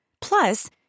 Plus